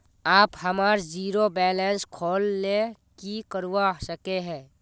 आप हमार zero balance खोल ले की करवा सके है?